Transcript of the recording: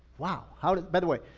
wow, how did? by the way,